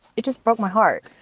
it just broke my heart.